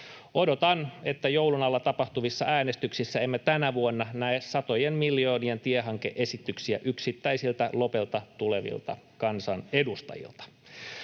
Odotan, että joulun alla tapahtuvissa äänestyksissä emme tänä vuonna näe satojen miljoonien tiehanke-esityksiä yksittäisiltä Lopelta tulevilta kansanedustajilta.